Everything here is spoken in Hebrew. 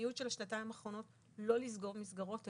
המדיניות של השנתיים האחרונות לא לסגור מסגרות,